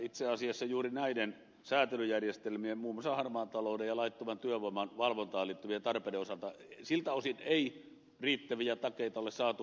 itse asiassa juuri näiden säätelyjärjestelmien osalta muun muassa harmaan talouden ja laittoman työvoiman valvontaan liittyvien tarpeiden osalta ei riittäviä takeita ole saatu